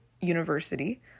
university